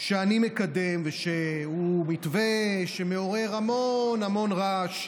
שאני מקדם, והוא מתווה שמעורר המון המון רעש,